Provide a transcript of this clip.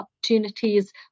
opportunities